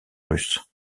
russe